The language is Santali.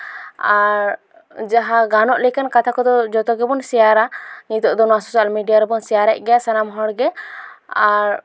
ᱟᱨ ᱡᱟᱦᱟᱸ ᱜᱟᱱᱚᱜ ᱞᱮᱠᱟᱱ ᱠᱟᱛᱷᱟ ᱠᱚᱫᱚ ᱡᱚᱛᱚ ᱜᱮᱵᱚᱱ ᱥᱮᱭᱟᱨᱟ ᱱᱤᱛᱳᱜ ᱫᱚ ᱱᱚᱣᱟ ᱥᱳᱥᱟᱞ ᱢᱤᱰᱤᱭᱟ ᱨᱮᱵᱚᱱ ᱥᱮᱭᱟᱨᱮᱫ ᱜᱮᱭᱟ ᱥᱟᱱᱟᱢ ᱦᱚᱲ ᱜᱮ ᱟᱨ